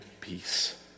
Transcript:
peace